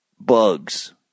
bugs